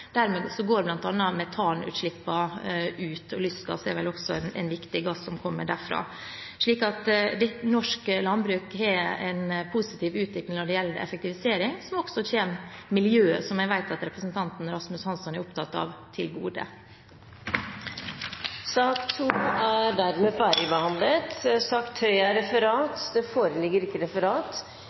Dermed går bl.a. metanutslippene ned. Lystgass er vel også en viktig gass som kommer derfra. Så norsk landbruk har en positiv utvikling når det gjelder effektivisering, som også kommer miljøet – som jeg vet at representanten Rasmus Hansson er opptatt av – til gode. Sak nr. 2 er dermed ferdigbehandlet. Det foreligger ikke noe referat. Dermed er